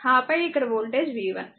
ఆపై ఇక్కడ voltage v1 మరియు 2